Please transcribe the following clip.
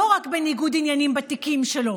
לא רק בניגוד עניינים בתיקים שלו,